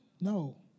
No